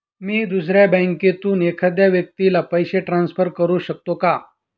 मी दुसऱ्या बँकेतून एखाद्या व्यक्ती ला पैसे ट्रान्सफर करु शकतो का?